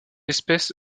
espèce